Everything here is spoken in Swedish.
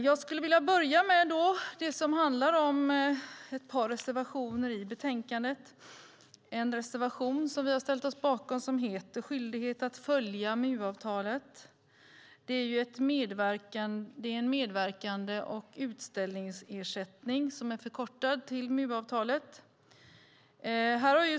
Jag skulle vilja börja med det som handlar om några reservationer i betänkandet. En reservation som vi har ställt oss bakom heter Skyldighet att följa MU-avtalet. Det är medverkans och utställningsavtalet som är förkortat till MU-avtalet.